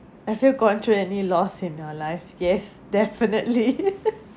have you gone through any loss in your life yes definitely